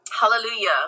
hallelujah